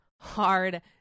hard